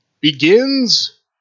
begins